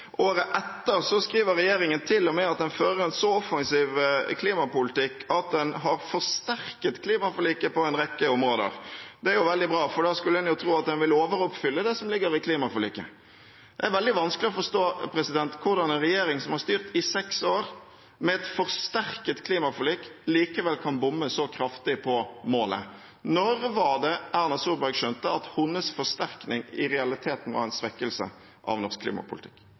Året etter skriver regjeringen til og med at den fører en så offensiv klimapolitikk at klimaforliket er forsterket på en rekke områder – veldig bra, for da skulle en tro at en ville overoppfylle det som ligger i klimaforliket. Det er veldig vanskelig å forstå hvordan en regjering som har styrt i seks år med et forsterket klimaforlik, kan bomme så kraftig på målet. Når skjønte Erna Solberg at hennes forsterkning i realiteten var en svekkelse av norsk klimapolitikk?